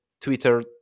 Twitter